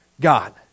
God